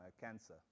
cancer